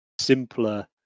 simpler